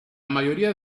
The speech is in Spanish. mayoría